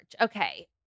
Okay